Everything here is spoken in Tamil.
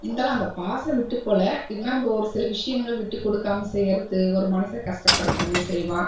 இருந்தாலும் அந்த பாசம் விட்டு போல் இருந்தாலும் அந்த ஒரு சில விஷயங்கள் விட்டு கொடுக்காமல் செய்யறது ஒரு மனச கஷ்டபடுத்துகிற மாரி செய்வான்